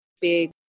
big